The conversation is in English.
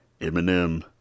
Eminem